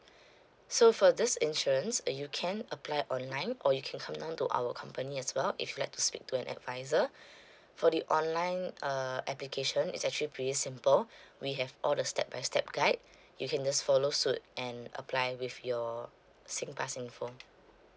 so for this insurance uh you can apply online or you can come down to our company as well if you'd like to speak to an advisor for the online uh application it's actually pretty simple we have all the step by step guide you can just follow suit and apply with your SingPass info